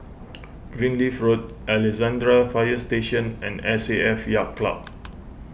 Greenleaf Road Alexandra Fire Station and S A F Yacht Club